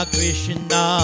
Krishna